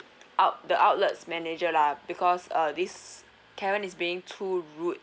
out~ the outlet's manager lah because uh this karen is being too rude